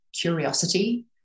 curiosity